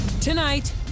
Tonight